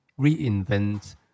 reinvent